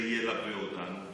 והקונפליקט הזה ילווה אותנו.